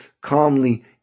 calmly